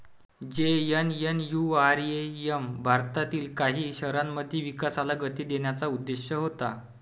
JNNURM भारतातील काही शहरांमध्ये विकासाला गती देण्याचा उद्देश होता